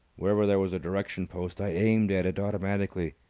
wherever there was a direction post i aimed at it automatically.